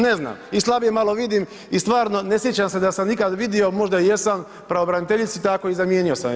Ne znam, i slabije malo vidim i stvarno ne sjećam se da sam ikada vidio, možda i jesam pravobraniteljicu i tako zamijenio sam je.